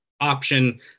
option